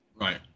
right